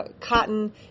cotton